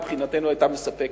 ומבחינתנו היתה מספקת,